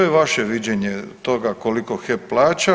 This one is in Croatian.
To je vaše viđenje toga koliko HEP plaća.